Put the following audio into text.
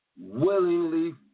willingly